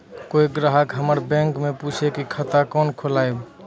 कोय ग्राहक हमर बैक मैं पुछे की खाता कोना खोलायब?